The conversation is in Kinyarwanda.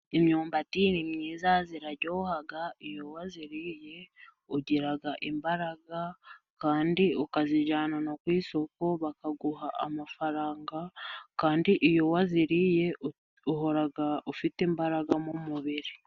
Imyumbati ni myiza iraryoha iyo wayiriye ugira imbaraga kandi ukayijyana ku isoko bakaguha amafaranga kandi iyo wayiriye uhora ufite imbaraga mu mubiri.